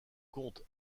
comte